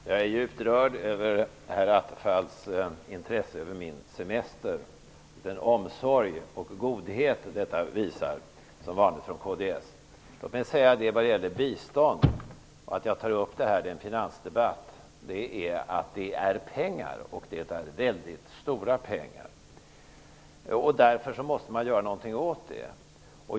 Herr talman! Jag är djupt rörd över herr Attefalls intresse för min semester, och den omsorg och godhet detta visar -- som vanligt från kds. Låt mig vad gäller bistånd säga att jag tar upp det i finansdebatten av det skälet att det handlar om pengar, väldigt stora pengar. Därför måste man göra någonting åt det.